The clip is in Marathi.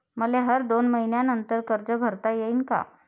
मले हर दोन मयीन्यानंतर कर्ज भरता येईन का?